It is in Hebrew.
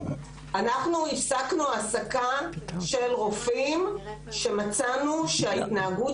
אנחנו הפסקנו העסקה של רופאים שמצאנו שההתנהגות